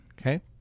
Okay